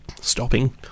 stopping